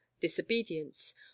disobedience